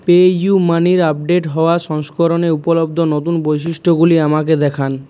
pay U মানির update হওয়া সংস্করণে উপলব্ধ নতুন বৈশিষ্ট্যগুলি আমাকে দেখান